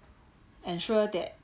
ensure that